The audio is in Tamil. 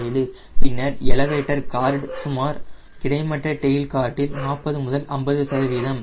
7 பின்னர் எலவேட்டர் கார்டு சுமார் கிடைமட்ட டெயில் கார்டில் 40 முதல் 50 சதவீதம்